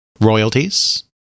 royalties